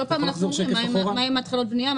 בכל פעם אנחנו שואלים מה עם התחלות הבנייה.